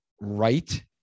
right